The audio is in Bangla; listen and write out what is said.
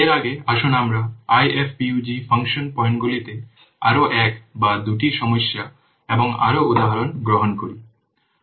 এর আগে আসুন আমরা IFPUG ফাংশন পয়েন্টগুলিতে আরও এক বা দুটি সমস্যা এবং আরও উদাহরণ গ্রহণ করি